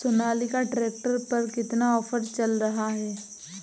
Sonalika tractor पर कितना offer चल रहा है?